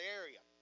area